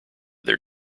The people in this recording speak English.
their